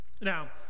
Now